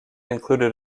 included